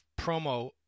promo